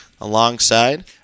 alongside